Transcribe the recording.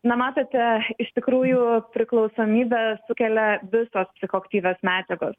na matote iš tikrųjų priklausomybę sukelia visas psichoaktyvios medžiagos